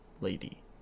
lady